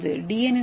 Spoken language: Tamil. இப்போது டி